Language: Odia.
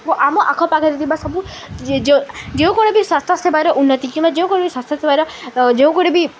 ଓ ଆମ ଆଖପାଖରେ ଥିବା ସବୁ ଯେକୌଣସି ବି ସ୍ୱାସ୍ଥ୍ୟ ସେବାର ଉନ୍ନତି କିମ୍ବା ଯେକୌଣସି ବି ସ୍ୱାସ୍ଥ୍ୟ ସେବାର ଯେଉଁ କୁଆଡ଼େ ବି